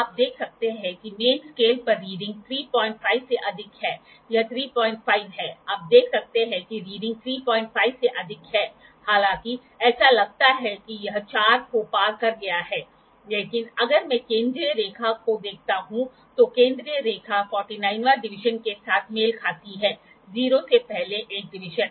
तोआप देख सकते हैं कि मेन स्केल पर रीडिंग 35 से अधिक है यह ३५ है आप देख सकते हैं कि रीडिंग ३५ से अधिक है हालांकि ऐसा लगता है कि यह ४ को पार कर गया है लेकिन अगर मैं केंद्रीय रेखा को देखता हूं तो केंद्रीय रेखा ४९वां डिवीजन के साथ मेल खाती है 0 से पहले एक डिवीजन